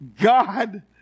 God